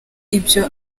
ibyo